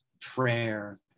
prayer